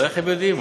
אבל איך הם יודעים?